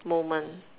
moment